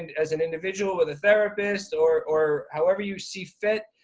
and as an individual with a therapist or or however you see fit.